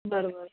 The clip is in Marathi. बरोबर